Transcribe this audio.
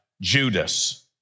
Judas